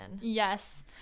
Yes